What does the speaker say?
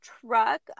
truck